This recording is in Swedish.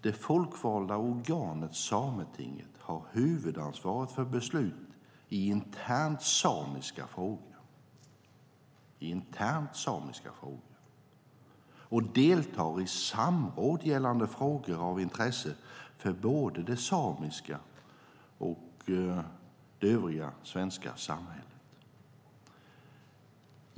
Det folkvalda organet Sametinget har huvudansvaret för beslut i internt samiska frågor och deltar i samråd gällande frågor av intresse för både det samiska och det övriga svenska samhället.